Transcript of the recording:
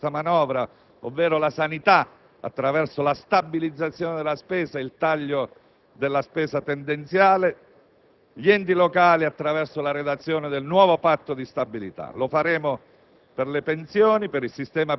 stiamo intervenendo già con questa manovra: mi riferisco alla sanità, attraverso la stabilizzazione della spesa e il taglio della spesa tendenziale, e agli enti locali, attraverso la redazione del nuovo patto di stabilità. Lo faremo